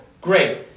Great